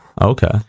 Okay